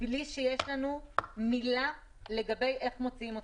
בלי שיש לנו מילה לגבי איך מוציאים אותם.